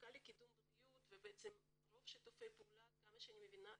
המחלקה לקידום הבריאות ורוב שיתופי הפעולה עד כמה שאני מבינה,